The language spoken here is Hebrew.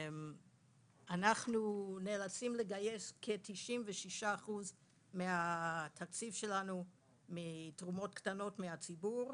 אנחנו נאלצים לגייס כ-96 אחוז מהתקציב שלנו מתרומות קטנות מהציבור,